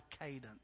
cadence